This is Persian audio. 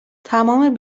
تمام